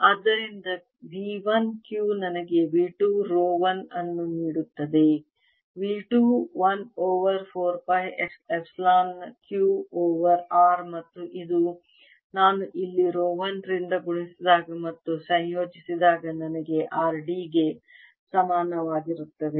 ಆದ್ದರಿಂದ V1 Q ನನಗೆ V 2 rho 1 ಅನ್ನು ನೀಡುತ್ತದೆ V 2 1 over 4 pi epsilon Q over r ಮತ್ತು ಇದು ನಾನು ಇಲ್ಲಿ ರೋ 1 ರಿಂದ ಗುಣಿಸಿದಾಗ ಮತ್ತು ಸಂಯೋಜಿಸಿದಾಗ ನನಗೆ r d ಗೆ ಸಮನಾಗಿರುತ್ತದೆ